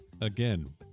again